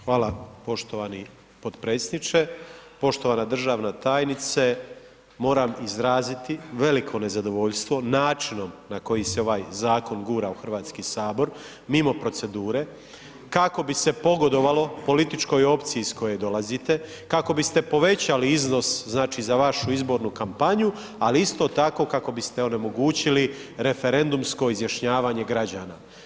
Hvala poštovani podpredsjedniče, poštovana državna tajnice moram izraziti veliko nezadovoljstvo načinom na koji se ovaj zakon gura u Hrvatski sabor, mimo procedure kako bi se pogodovalo političkoj opciji iz koje dolazite, kako biste povećali iznos znači za vašu izbornu kampanju, al isto tako kako biste onemogućili referendumsko izjašnjavanje građana.